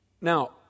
Now